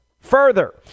Further